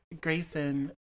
Grayson